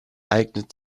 eignet